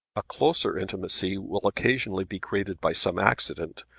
a closer intimacy will occasionally be created by some accident,